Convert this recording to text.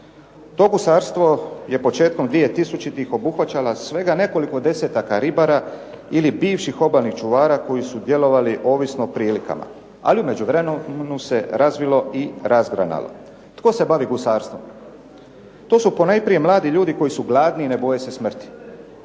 To gusarstvo je početkom 2000-ih obuhvaća svega nekoliko 10-aka ribara ili bivših obalnih čuvara koji su djelovali ovisno o prilikama, ali u međuvremenu se razvilo i razgranalo. Tko se bavi gusarstvom? To su ponajprije mladi ljudi koji su gladni i ne boje se smrti.